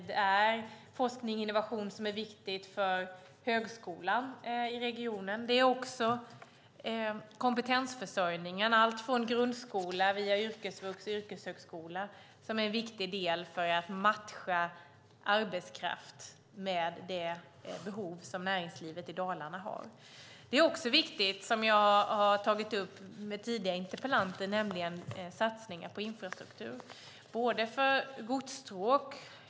Det är forskning och innovation som är viktigt för högskolan i regionen. Också kompetensförsörjningen, allt från grundskola till yrkesvux och yrkeshögskola, är en viktig del för att matcha arbetskraft med det behov som näringslivet i Dalarna har. Något som också är viktigt, och som jag har tagit upp med tidigare interpellanter, är satsningar på infrastruktur.